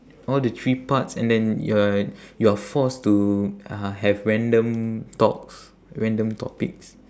all the three parts and then you are you are forced to uh have random talks random topics